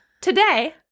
Today